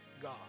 God